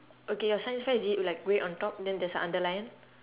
okay your science fair is it like way on top then there's a underline